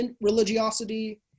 religiosity